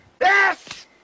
Yes